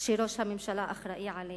שראש הממשלה אחראי עליה.